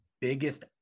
biggest